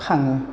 खाङो